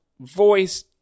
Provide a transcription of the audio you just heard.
voice